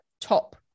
top